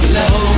Love